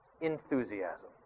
Enthusiasm